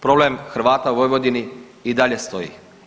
Problem Hrvata u Vojvodini i dalje stoji.